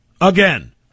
again